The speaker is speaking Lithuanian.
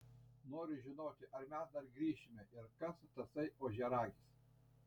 noriu žinoti ar mes dar grįšime ir kas tasai ožiaragis